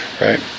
right